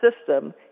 system